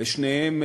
ושניהם,